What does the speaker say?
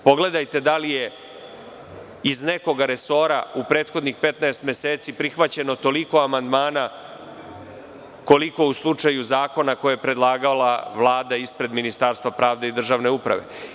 Pogledajte da li je iz nekog resora u prethodnih 15 meseci prihvaćeno toliko amandmana koliko je u slučaju zakona koje je predlagala Vlada ispred Ministarstva pravde i državne uprave.